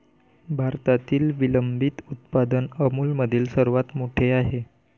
भारतातील विलंबित उत्पादन अमूलमधील सर्वात मोठे आहे